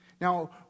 Now